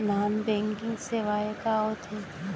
non banking सेवाएं का होथे